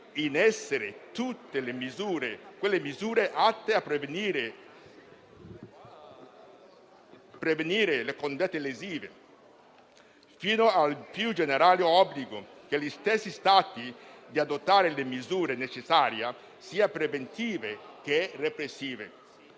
in essere tutte le misure atte a prevenire le condotte lesive, fino al più generale obbligo per gli stessi Stati di adottare le misure necessarie, sia preventive sia repressive.